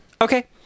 Okay